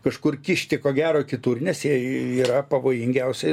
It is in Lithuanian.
kažkur kišti ko gero kitur nes jie yra pavojingiausioj